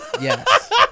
Yes